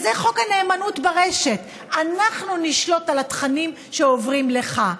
זה חוק הנאמנות ברשת: אנחנו נשלוט על התכנים שעוברים לך,